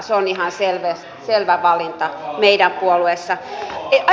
se on ihan selvä valinta meidän puolueessamme